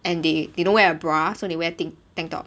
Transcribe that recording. and they they don't wear a bra so they wear ta~ tank top